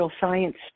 science